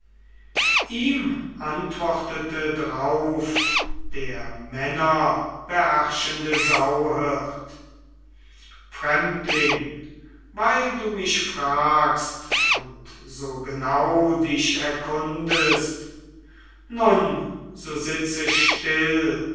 ihm antwortete drauf der männerbeherrschende sauhirt fremdling weil du mich fragst und so genau dich erkundest nun so sitze still